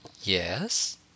Yes